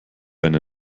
eine